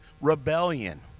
rebellion